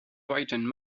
written